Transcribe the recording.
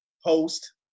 host